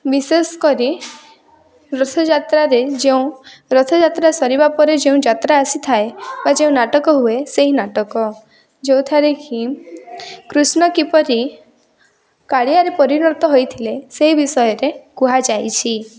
ବିଶେଷ କରି ରଥଯାତ୍ରାରେ ଯେଉଁ ରଥଯାତ୍ରା ସାରିବା ପରେ ଯେଉଁ ଯାତ୍ରା ଆସିଥାଏ ବା ଯେଉଁ ନାଟକ ହୁଏ ସେଇ ନାଟକ ଯେଉଁଠାରେ ହିଁ କୃଷ୍ଣ କିପରି କାଳିଆରେ ପରିଣତ ହୋଇଥିଲେ ସେଇ ବିଷୟରେ କୁହାଯାଇଛି